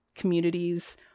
communities